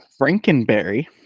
Frankenberry